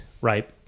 Right